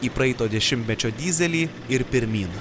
į praeito dešimtmečio dyzelį ir pirmyn